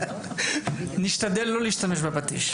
נשתדל לא להשתמש בפטיש.